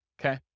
okay